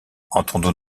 entendons